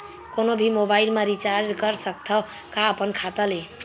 कोनो भी मोबाइल मा रिचार्ज कर सकथव का अपन खाता ले?